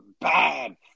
bad